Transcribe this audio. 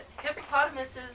hippopotamuses